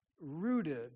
Rooted